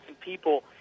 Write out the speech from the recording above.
people